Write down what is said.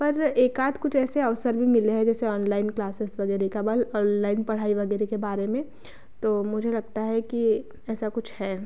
पर एकाध कुछ ऐसे अवसर भी मिले है जैसे ऑनलाइन क्लासेस वगैरह का ऑल्लाइन पढ़ाई वगैरह के बारे में तो मुझे लगता है कि ऐसा कुछ है